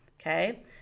Okay